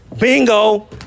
Bingo